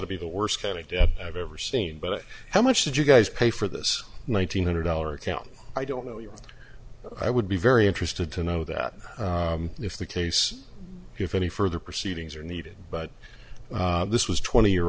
to be the worst kind of death i've ever seen but how much did you guys pay for this one nine hundred dollar account i don't know you i would be very interested to know that if the case if any further proceedings are needed but this was twenty year